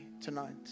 tonight